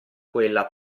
quella